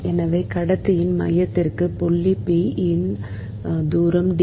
எனவே கடத்தியின் மையத்திலிருந்து புள்ளி p இன் தூரம் D 1 மற்றும் புள்ளி q D 2